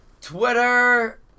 Twitter